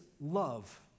love